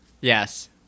Yes